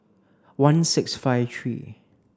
one six five three